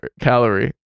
calorie